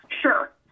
Sure